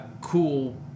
cool